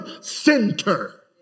center